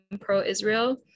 pro-Israel